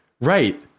right